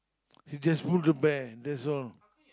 he just move the bag that's all